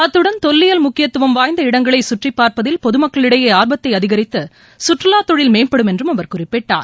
அத்துடன் தொல்லியல் முக்கியத்துவம் வாய்ந்த இடங்களை கற்றிப் பாா்ப்பதில் பொதுமக்களிடையே ஆர்வத்தை அதிகரித்து சுற்றுலாத்தொழில் மேம்படும் என்றும் அவர் குறிப்பிட்டார்